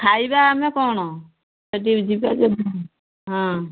ଖାଇବା ଆମ କଣ ସେଠି ଯିବା ଯେ ହଁ